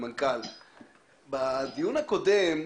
בדיון הקודם,